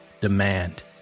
Demand